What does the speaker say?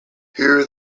here